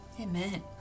Amen